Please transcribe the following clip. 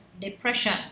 depression